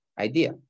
idea